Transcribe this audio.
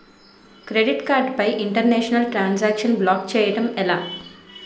Credit card పై international transaction block చేయటం ఎలా?